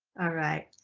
alright,